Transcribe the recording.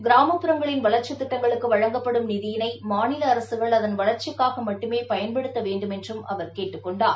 கிராமப்புறங்களின் வளாச்சித் திட்டங்களுக்கு வழங்கப்படும் நிதியினை மாநில அரசுகள் அதன் வளர்ச்சிக்காக மட்டுமே பயன்படுத்த வேண்டுமென்றும் அவர் கேட்டுக் கொண்டுள்ளார்